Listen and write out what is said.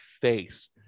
face